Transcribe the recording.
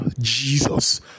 jesus